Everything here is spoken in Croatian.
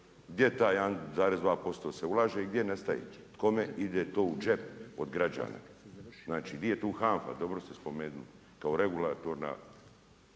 Gdje taj 1,2% se ulaže i gdje nestaju? Kome ide to u džep od građana? Znači di je tu HANFA dobro ste spomenuli kao regulatorna